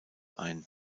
ein